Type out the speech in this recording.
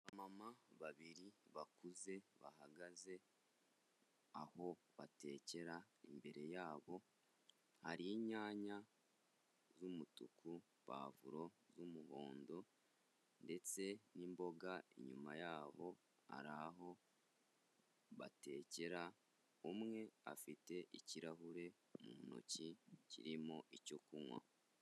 Abamama babiri bakuze bahagaze aho batekera, imbere yabo hari inyanya z'umutuku puwavura z'umuhondo ndetse n'imboga, inyuma yabo ari aho batekera umwe afite ikirahure mu ntoki kirimo icyo kunywa.